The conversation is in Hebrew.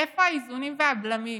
איפה האיזונים והבלמים?